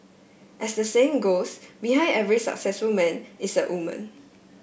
as the saying goes behind every successful man is a woman